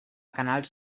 canals